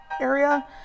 area